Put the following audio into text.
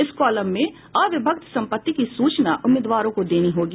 इस कॉलम में अविभक्त संपत्ति की सूचना उम्मीदवारों को देनी होगी